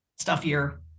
stuffier